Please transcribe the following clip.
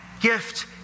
gift